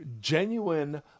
genuine